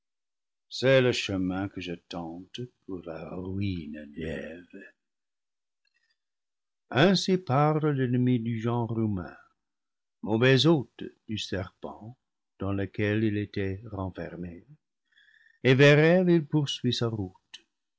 c'est le chemin que je tente pour la ruine d'eve ainsi parle l'ennemi du genre humain mauvais hôte du serpent dans lequel il était renfermé et vers eve il poursuit sa route